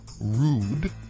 rude